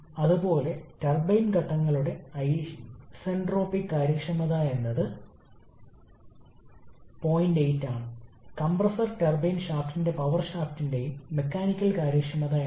അതിനാൽ നമ്മൾ വിപുലീകരണ ഘട്ടത്തെ ടർബൈനിന്റെ പല ഘട്ടങ്ങളായി വിഭജിക്കുകയും ഓരോ ഘട്ടങ്ങൾക്കിടയിലും ഉയർന്ന താപനിലയിലേക്ക് നമ്മൾ എത്തിച്ചേരുകയും ചെയ്യുന്നു